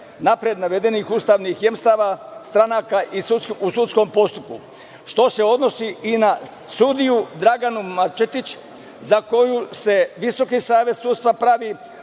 napred navedenih ustavnih jemstava stranaka u sudskom postupku, što se odnosi i na sudiju Draganu Marčetić, za koju se VSS pravi